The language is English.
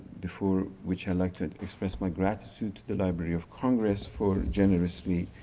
before which like to express my gratitude to the library of congress for generously,